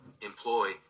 employ